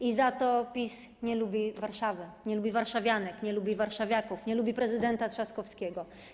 I za to PiS nie lubi Warszawy, nie lubi warszawianek, nie lubi warszawiaków, nie lubi prezydenta Trzaskowskiego.